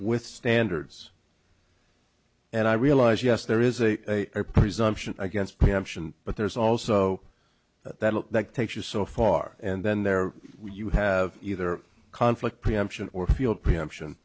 with standards and i realize yes there is a presumption against preemption but there's also that that takes you so far and then there you have either conflict preemption or fuel preemption